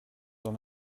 dans